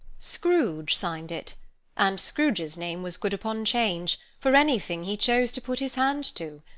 scrooge signed it and scrooge's name was good upon change, for anything he chose to put his hand to.